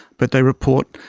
but they report,